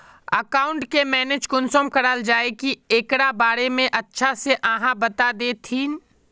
Account के manage कुंसम कराल जाय है की एकरा बारे में अच्छा से आहाँ बता देतहिन?